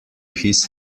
his